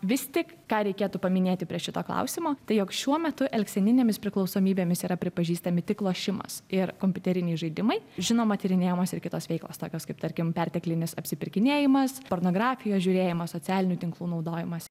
vis tik ką reikėtų paminėti prie šito klausimo tai jog šiuo metu elgseninėmis priklausomybėmis yra pripažįstami tik lošimas ir kompiuteriniai žaidimai žinoma tyrinėjamos ir kitos veiklos tokios kaip tarkim perteklinis apsipirkinėjimas pornografijos žiūrėjimas socialinių tinklų naudojimas